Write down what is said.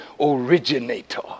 originator